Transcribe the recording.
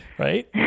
Right